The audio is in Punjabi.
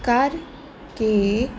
ਕਰਕੇ